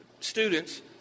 students